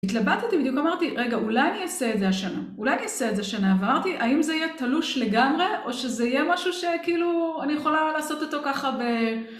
התלבטתי, בדיוק אמרתי, רגע, אולי אני אעשה את זה השנה. אולי אני אעשה את זה שנה הבאה, ואמרתי, האם זה יהיה תלוש לגמרי, או שזה יהיה משהו שכאילו, אני יכולה לעשות אותו ככה ב...